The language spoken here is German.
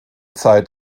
zeit